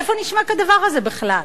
איפה נשמע כדבר הזה בכלל?